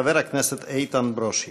חבר הכנסת איתן ברושי.